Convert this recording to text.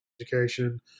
education